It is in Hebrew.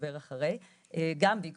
אני אדבר על זה אחרי.